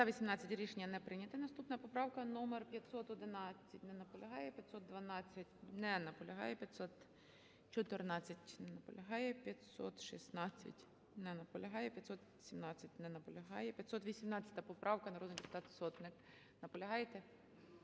За-18 Рішення не прийнято. Наступна поправка номер 511. Не наполягає. 512. Не наполягає. 514. Не наполягає. 516. Не наполягає. 517. Не наполягає. 518 поправка, народний депутат Сотник. Наполягаєте?